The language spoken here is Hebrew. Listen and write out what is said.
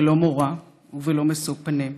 בלא מורא ובלא משוא פנים.